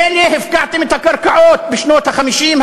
מילא הפקרתם את הקרקעות בשנות ה-50,